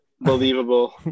believable